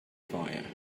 fire